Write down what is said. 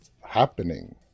happening